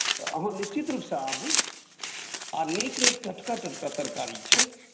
तऽ अहाँ निश्चित रूपसँ आबू आ नीक नीक टटका टटका तरकारी छै